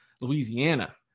Louisiana